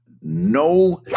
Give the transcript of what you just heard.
no